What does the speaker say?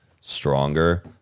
stronger